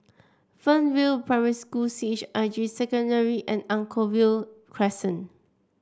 Fernvale Primary School C H I J Secondary and Anchorvale Crescent